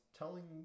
telling